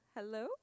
Hello